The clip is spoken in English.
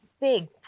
big